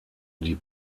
die